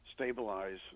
stabilize